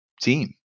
team